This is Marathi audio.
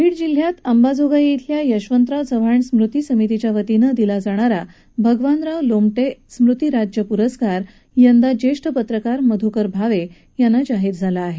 बीड जिल्ह्यात अंबाजोगाई इथल्या यशवंतराव चव्हाण स्मृती समितीच्या वतीनं दिला जाणारा भगवानराव लोमटे स्मृती राज्य प्रस्कार यावर्षी ज्येष्ठ पत्रकार मध्कर भावे यांना जाहीर झाला आहे